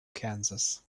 kansas